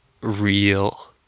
real